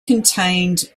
contained